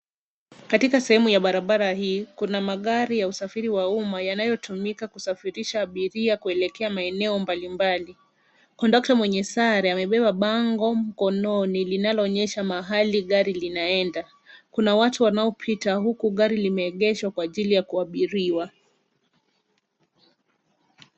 Katika sehemu ya barabara hii, kuna magari ya usafiri wa umma yanayotumika kusafirisha abiria kuelekea maeneo mbalimbali. Conductor mwenye sare amebeba bango mkononi linaloonyesha mahali gari linaenda. Kuna watu wanaopita huku gari limeegeshwa kwa ajili ya kuabiriwa.